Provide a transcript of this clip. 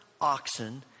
oxen